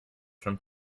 from